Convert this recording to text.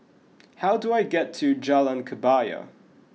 how do I get to Jalan Kebaya